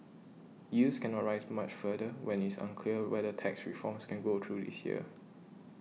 yields cannot rise much further when it is unclear whether tax reforms can go through this year